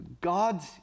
God's